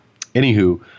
Anywho